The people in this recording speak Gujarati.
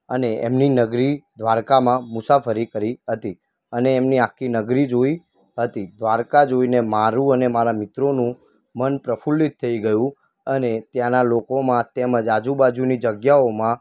અને એમની નગરી દ્વારકામાં મુસાફરી કરી હતી અને એમની આખી નગરી જોઇ હતી દ્વારકા જોઇને મારું અને મારા મિત્રોનું મન પ્રફુલ્લિત થઇ ગયું અને ત્યાંના લોકોમાં તેમજ આજુબાજુની જગ્યાઓમાં